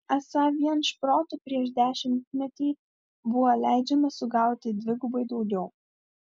esą vien šprotų prieš dešimtmetį buvo leidžiama sugauti dvigubai daugiau